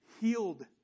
healed